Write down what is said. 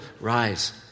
rise